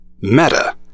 Meta